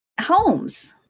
Holmes